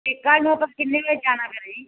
ਅਤੇ ਕੱਲ੍ਹ ਨੂੰ ਆਪਾਂ ਕਿੰਨੇ ਵਜੇ ਜਾਣਾ ਫਿਰ ਜੀ